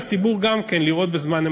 אנחנו מאפשרים לציבור שמעוניין בדבר הזה לראות.